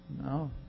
No